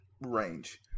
range